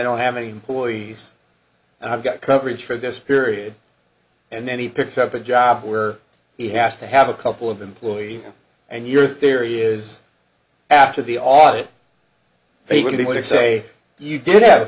don't have any employees and i've got coverage for this period and then he picks up a job where he has to have a couple of employees and your theory is after the audit they were going to say you did have a